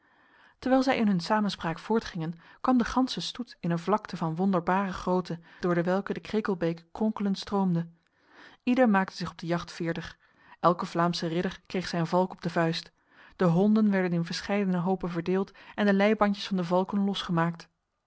terwijl zij in hun samenspraak voortgingen kwam de ganse stoet in een vlakte van wonderbare grootte door dewelke de krekelbeek kronkelend stroomde ieder maakte zich op de jacht veerdig elke vlaamse ridder kreeg zijn valk op de vuist de honden werden in verscheidene hopen verdeeld en de leibandjes van de valken losgemaakt